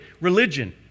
religion